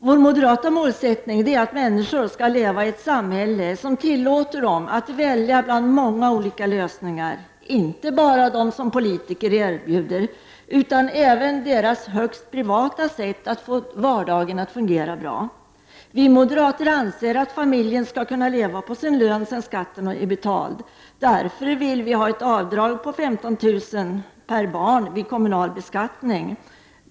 Vår moderata målsättning är att människor skall leva i ett samhälle som tillåter dem att välja bland många olika lösningar, inte bara dem som politiker erbjuder. Människor skall ha möjlighet att välja sitt högst privata sätt att få vardagen att fungera bra. Vi moderater anser att familjen skall kunna leva på sin lön sedan skatten är betald. Det är därför som vi vill införa ett avdrag på 15 000 kr. per barn vid kommunal beskattning.